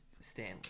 Stanley